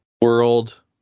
world